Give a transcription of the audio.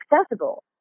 accessible